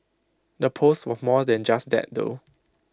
the post was more than just that though